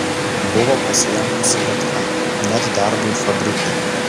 buvo pasirengusi bet kam net darbui fabrike